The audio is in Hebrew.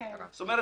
זאת אומרת,